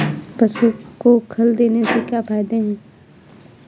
पशु को खल देने से क्या फायदे हैं?